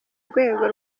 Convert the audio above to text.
rwego